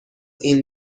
این